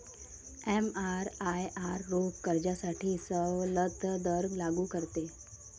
एमआरआयआर रोख कर्जासाठी सवलत दर लागू करते